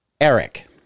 Eric